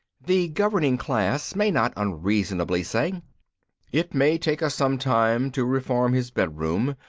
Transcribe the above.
the governing class may not unreasonably say it may take us some time to reform his bedroom.